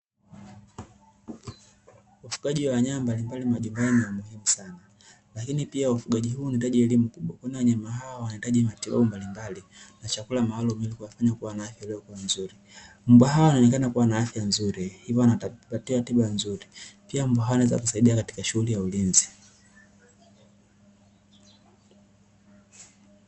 Ufugaji wa wanyama mbalimbali majumbani ni wa muhimu sana. Lakini pia ufugaji huu unahitaji elimu kubwa kwani wanyama hawa wanahitaji matibabu mbalimbali na chakula maalumu ili kuwafanya kuwa na afya nzuri. Mbwa hawa wanaonekana kuwa na afya nzuri hivyo wanapatiwa tiba nzuri, pia mbwa hawa wanaweza wakasaidia katika shughuli ya ulinzi.